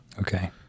Okay